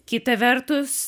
kita vertus